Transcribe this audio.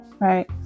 Right